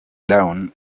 down